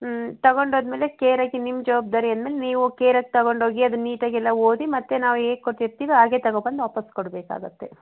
ಹ್ಞೂ ತಗೊಂಡು ಹೋದ್ಮೇಲೆ ಕೇರಾಗಿ ನಿಮ್ಮ ಜವಾಬ್ದಾರಿ ಅಂದ್ಮೇಲೆ ನೀವು ಕೇರಾಗಿ ತಗೊಂಡೋಗಿ ಅದು ನೀಟಾಗಿ ಎಲ್ಲ ಓದಿ ಮತ್ತು ನಾವು ಹೇಗೆ ಕೊಟ್ಟಿರ್ತೀವಿ ಹಾಗೆ ತಗೊಂಡ್ಬಂದು ವಾಪಸ್ಸು ಕೋಡ್ಬೇಕಾಗುತ್ತೆ